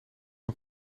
een